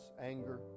anger